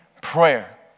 prayer